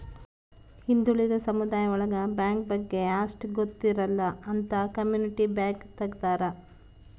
ಹಿಂದುಳಿದ ಸಮುದಾಯ ಒಳಗ ಬ್ಯಾಂಕ್ ಬಗ್ಗೆ ಅಷ್ಟ್ ಗೊತ್ತಿರಲ್ಲ ಅಂತ ಕಮ್ಯುನಿಟಿ ಬ್ಯಾಂಕ್ ತಗ್ದಾರ